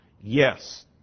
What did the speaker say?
yes